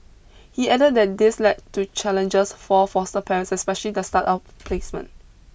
he added that this led to challenges for foster parents especially the start of placement